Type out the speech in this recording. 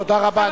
תודה רבה.